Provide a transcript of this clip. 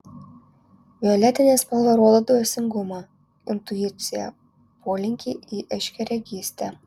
violetinė spalva rodo dvasingumą intuiciją polinkį į aiškiaregystę